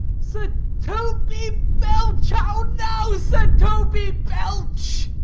sir toby belch how now, sir toby belch!